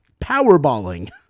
Powerballing